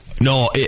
No